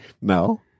No